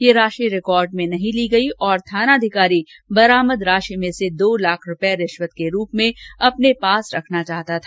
यह राषि रिकॉर्ड में नहीं ली गयी और थानाधिकारी बरामद राषि में से दो लाख रूपए रिष्वत के रूप में अपने पास रखना चाहता था